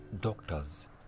doctors